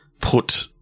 Put